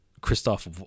christoph